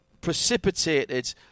precipitated